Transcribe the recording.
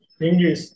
English